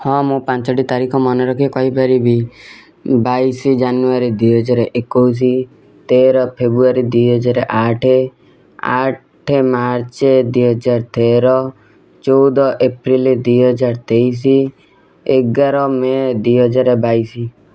ହଁ ମୁଁ ପାଞ୍ଚଟି ତାରିଖ ମନେରଖି କହିପାରିବି ବାଇଶି ଜାନୁୟାରୀ ଦୁଇ ହଜାର ଏକୋଇଶି ତେର ଫେବୃଆରୀ ଦୁଇ ହଜାର ଆଠ ଆଠ ମାର୍ଚ୍ଚ ଦୁଇ ହଜାର ତେର ଚଉଦ ଏପ୍ରିଲ ଦୁଇ ହଜାର ତେଇଶି ଏଗାର ମେ ଦୁଇ ହଜାର ବାଇଶି